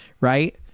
Right